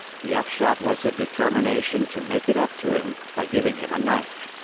the upshot was a determination to make it up to him by giving him a knife.